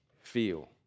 feel